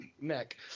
neck